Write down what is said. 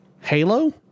Halo